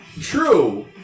True